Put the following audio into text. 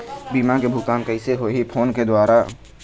बीमा के भुगतान कइसे होही फ़ोन के द्वारा?